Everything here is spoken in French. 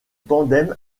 tandem